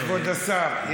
כבוד השר,